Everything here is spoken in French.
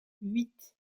huit